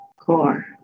core